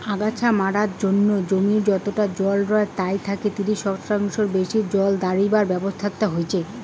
আগাছা মারার জইন্যে ধান জমি যতটা জল রয় তাই থাকি ত্রিশ শতাংশ বেশি জল দাড়িবার ব্যবছস্থা হইচে